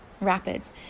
rapids